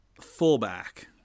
fullback